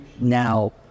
now